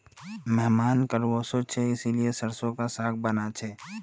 मेहमान कल ओशो छे इसीलिए सरसों का साग बाना छे